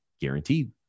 guaranteed